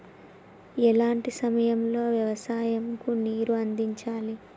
ఎలాంటి సమయం లో వ్యవసాయము కు నీరు అందించాలి?